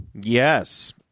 Yes